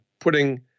putting